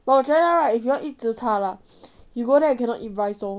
but 我觉得 right if you want to eat zi char lah you go there you cannot eat rice lor